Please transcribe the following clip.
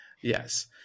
Yes